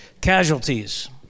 Casualties